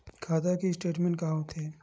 खाता के स्टेटमेंट का होथे?